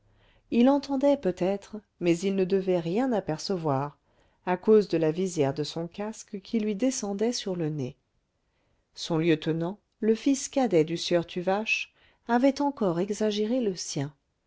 il entendait peut-être mais il ne devait rien apercevoir à cause de la visière de son casque qui lui descendait sur le nez son lieutenant le fils cadet du sieur tuvache avait encore exagéré le sien